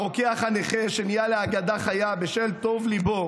הרוקח הנכה שנהיה לאגדה חיה בשל טוב ליבו